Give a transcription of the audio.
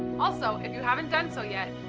also, if you haven't done so yet,